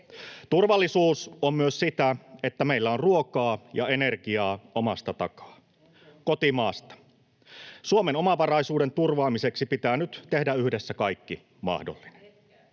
Turvallisuus on myös sitä, että meillä on ruokaa ja energiaa omasta takaa — kotimaasta. Suomen omavaraisuuden turvaamiseksi pitää nyt tehdä yhdessä kaikki mahdollinen.